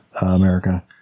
America